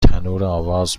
تنورآواز